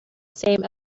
same